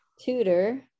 tutor